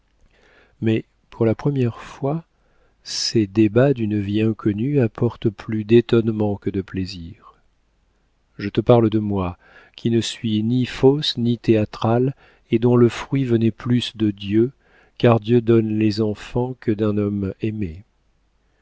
mais pour la première fois ces débats d'une vie inconnue apportent plus d'étonnement que de plaisir je te parle de moi qui ne suis ni fausse ni théâtrale et dont le fruit venait plus de dieu car dieu donne les enfants que d'un homme aimé